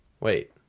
wait